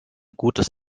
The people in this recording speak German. gutes